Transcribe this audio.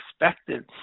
expected